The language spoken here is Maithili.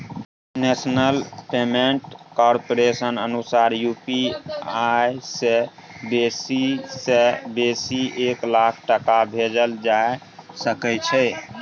नेशनल पेमेन्ट कारपोरेशनक अनुसार यु.पी.आइ सँ बेसी सँ बेसी एक लाख टका भेजल जा सकै छै